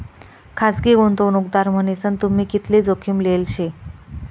खासगी गुंतवणूकदार मन्हीसन तुम्ही कितली जोखीम लेल शे